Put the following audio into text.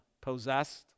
possessed